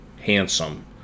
handsome